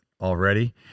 already